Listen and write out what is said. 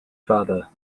father